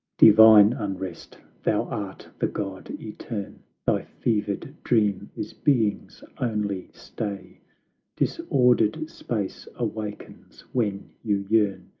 divine unrest, thou art the god eterne thy fevered dream is being's only stay disordered space awakens when you yearn,